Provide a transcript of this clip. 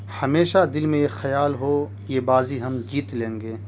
ہمیشہ دل میں یہ خیال ہو یہ بازی ہم جیت لیں گے